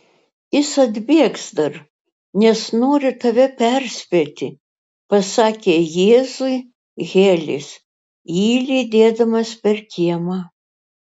jis atbėgs dar nes nori tave perspėti pasakė jėzui helis jį lydėdamas per kiemą